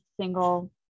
single